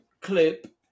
clip